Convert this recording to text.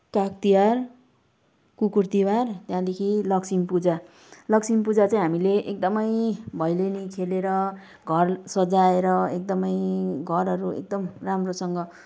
काग तिहार कुकुर तिहार त्यहाँदेखि लक्ष्मी पूजा लक्ष्मी पूजा चाहिँ हामीले एकदमै भैलेनी खेलेर घर सजाएर एकदमै घरहरू एकदम राम्रोसँग